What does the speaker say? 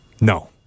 No